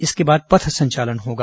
इसके बाद पथ संचालन होगा